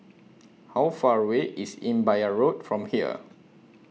How Far away IS Imbiah Road from here